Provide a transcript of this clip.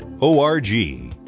O-R-G